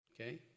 Okay